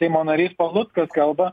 seimo narys paluckas kalba